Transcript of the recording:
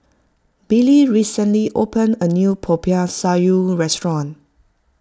Billie recently opened a new Popiah Sayur restaurant